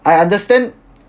I understand